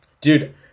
Dude